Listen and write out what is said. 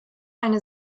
eine